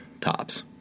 tops